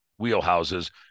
wheelhouses